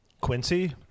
Quincy